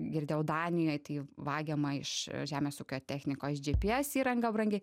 girdėjau danijoj tai vagiama iš žemės ūkio technikos gps įranga brangi